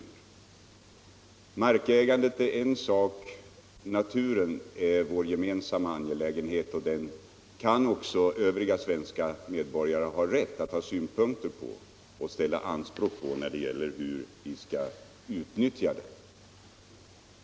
Markägandet är en sak. Naturen är vår gemensamma angelägenhet och även de svenska medborgare som inte är markägare har rätt att ha synpunkter på hur naturen skall utnyttjas.